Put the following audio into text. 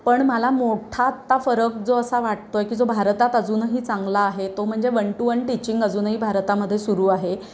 पण मला मोठा ता फरक जो असा वाटतो आहे की जो भारतात अजूनही चांगला आहे तो म्हणजे वन टू वन टीचिंग अजूनही भारतामध्ये सुरू आहे